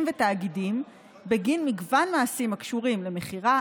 ותאגידים בגין מגוון מעשים הקשורים למכירה,